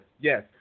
Yes